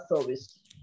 service